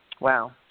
Wow